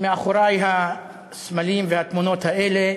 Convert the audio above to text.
מאחורי הסמלים והתמונות האלה,